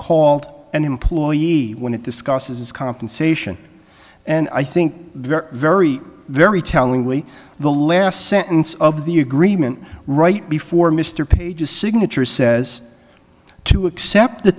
called an employee when it discusses his compensation and i think very very very tellingly the last sentence of the agreement right before mr page's signature says to accept the